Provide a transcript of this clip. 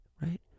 Right